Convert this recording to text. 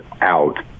out